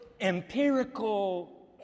empirical